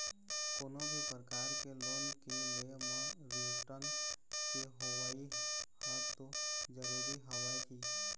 कोनो भी परकार के लोन के ले म रिर्टन के होवई ह तो जरुरी हवय ही